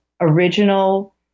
original